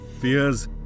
fears